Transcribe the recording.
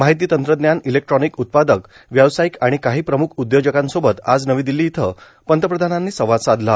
माहिती तंत्रज्ञान इलेक्ट्रानिक उत्पादक व्यावसायिक आणि काही प्रम्ख उदयोजकांसोबत आज नवी दिल्ली इथं पंतप्रधानांनी संवाद साधला